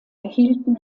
erhielten